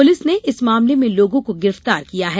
police ने इस मामले में लोगों को गिरफ्तार किया है